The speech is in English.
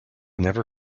never